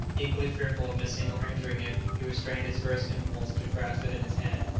equally fearful of missing or injuring it, he restrained his first impulse to grasp it in his hand.